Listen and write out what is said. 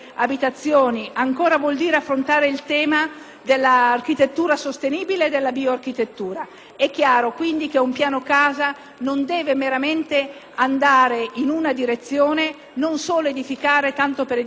È chiaro, quindi, che un Piano casa non deve meramente andare in una direzione; non si deve solo edificare tanto per edificare, ma occorre tener conto della domanda di qualità e di sostenibilità ambientale che in questi anni è